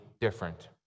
different